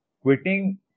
quitting